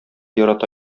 ярата